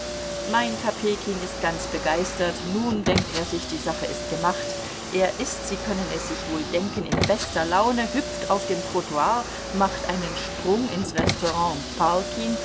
mein kopejkin ist ganz begeistert nun denkt er sich die sache ist gemacht er ist sie können es sich wohl denken in bester laune hüpft auf dem trottoir macht einen sprung ins restaurant